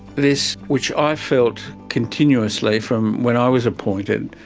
this, which i felt continuously from when i was appointed,